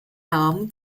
arm